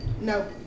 No